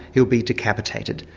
he'll be decapitated,